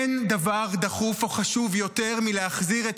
אין דבר דחוף או חשוב יותר מלהחזיר את